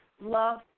love